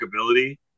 ability